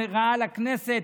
היא רעה לכנסת,